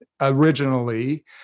originally